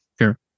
Sure